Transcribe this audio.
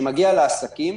שמגיע לעסקים,